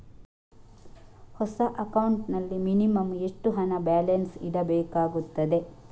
ಹೊಸ ಅಕೌಂಟ್ ನಲ್ಲಿ ಮಿನಿಮಂ ಎಷ್ಟು ಹಣ ಬ್ಯಾಲೆನ್ಸ್ ಇಡಬೇಕಾಗುತ್ತದೆ?